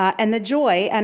and the joy, and